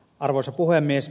arvoisa puhemies